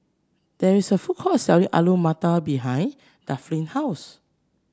there is a food court selling Alu Matar behind Delphin's house